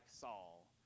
Saul